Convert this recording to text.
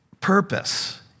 purpose